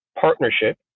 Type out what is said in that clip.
partnership